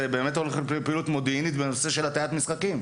הולך באמת לפעילות מודיעינית בנושא הטיית משחקים.